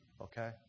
Okay